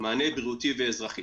מענה בריאותי ואזרחי,